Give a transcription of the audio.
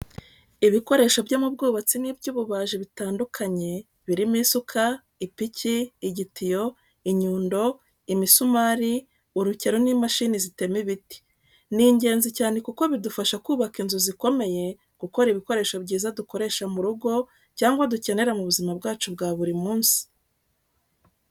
Ibikoresho byo mu bwubatsi n'iby'ububaji bitandukanye birimo isuka, ipiki, igitiyo, inyundo, imisumari, urukero, n’imashini zitema ibiti. Ni ingenzi cyane kuko bidufasha kubaka inzu zikomeye, gukora ibikoresho byiza dukoresha mu rugo cyangwa dukenera mu buzima bwacu bwa buri munsi.